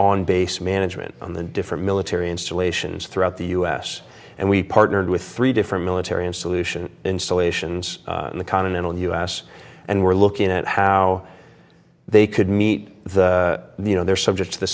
on base management on the different military installations throughout the u s and we partnered with three different military and solution installations in the continental u s and we're looking at how they could meet the you know they're subject to the